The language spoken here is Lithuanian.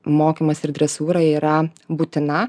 mokymas ir dresūra yra būtina